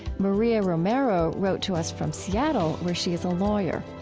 maria romero wrote to us from seattle where she is a lawyer.